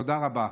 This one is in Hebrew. תודה רבה.